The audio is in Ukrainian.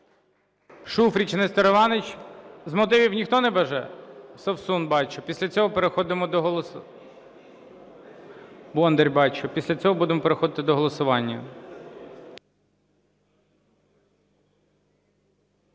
Шуфрич Нестор Іванович. З мотивів ніхто не бажає? Совсун бачу. Після цього переходимо до… Бондар бачу. Після цього будемо переходити до голосування.